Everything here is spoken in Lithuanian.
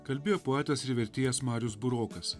kalbėjo poetas ir vertėjas marius burokas